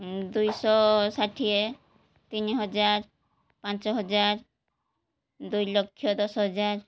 ଦୁଇଶହ ଷାଠିଏ ତିନି ହଜାର ପାଞ୍ଚ ହଜାର ଦୁଇଲକ୍ଷ ଦଶ ହଜାର